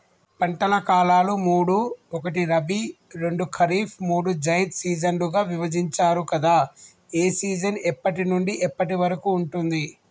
పంటల కాలాలు మూడు ఒకటి రబీ రెండు ఖరీఫ్ మూడు జైద్ సీజన్లుగా విభజించారు కదా ఏ సీజన్ ఎప్పటి నుండి ఎప్పటి వరకు ఉంటుంది?